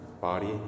body